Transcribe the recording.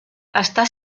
està